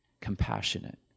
compassionate